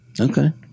Okay